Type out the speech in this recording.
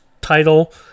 title